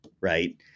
right